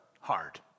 hard